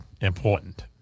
important